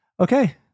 Okay